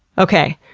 okay.